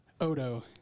Odo